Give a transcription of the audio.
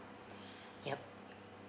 yup